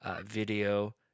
video